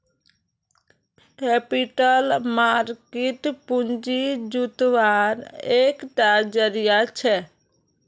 capital market पूँजी जुत्वार एक टा ज़रिया छे